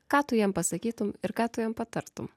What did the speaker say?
ką tu jam pasakytum ir ką tu jam patartum